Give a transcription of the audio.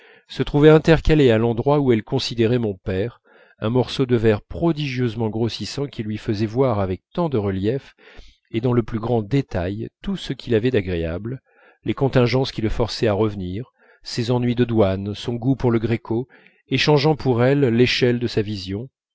se trouvait intercalé à l'endroit où elle considérait mon père un morceau de verre prodigieusement grossissant qui lui faisait voir avec tant de relief et dans le plus grand détail tout ce qu'il avait d'agréable les contingences qui le forçaient à revenir ses ennuis de douane son goût pour le greco et changeant pour elle l'échelle de sa vision